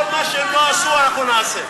כל מה שהם לא עשו, אנחנו נעשה.